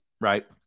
right